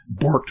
borked